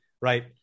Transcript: Right